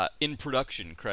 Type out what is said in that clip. in-production